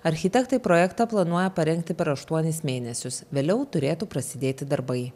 architektai projektą planuoja parengti per aštuonis mėnesius vėliau turėtų prasidėti darbai